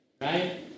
Right